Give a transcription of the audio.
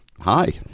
hi